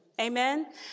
Amen